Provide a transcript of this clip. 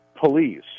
police